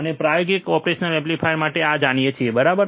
અમે પ્રાયોગિક operation amplifiers માટે આ જાણીએ છીએ બરાબર